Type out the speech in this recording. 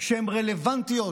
שהן רלוונטיות